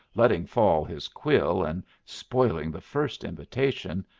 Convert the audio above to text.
letting fall his quill and spoiling the first invitation,